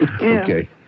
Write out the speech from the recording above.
okay